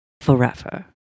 Forever